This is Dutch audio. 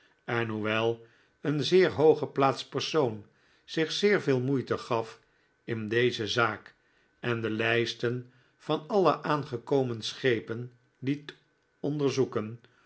en hoewel een zeer hooggeplaatst persoon zich zeer veel moeite gaf in deze zaak en de lijsten van alle aangekomen schepen liet onderzoeken